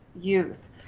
youth